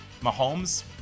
Mahomes